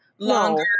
longer